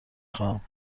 خواهم